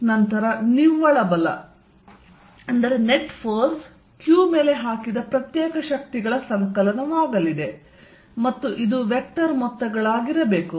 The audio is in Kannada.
ನಂತರ ನಿವ್ವಳ ಬಲವು q ಮೇಲೆ ಹಾಕಿದ ಪ್ರತ್ಯೇಕ ಶಕ್ತಿಗಳ ಸಂಕಲನವಾಗಲಿದೆ ಮತ್ತು ಇದು ವೆಕ್ಟರ್ ಮೊತ್ತಗಳಾಗಿರಬೇಕು